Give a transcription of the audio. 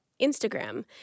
Instagram